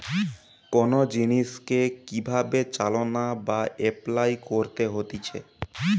কোন জিনিসকে কি ভাবে চালনা বা এপলাই করতে হতিছে